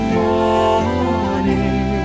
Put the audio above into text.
morning